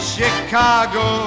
Chicago